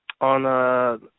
On